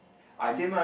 I'm